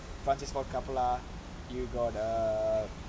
francis ford coppola you got err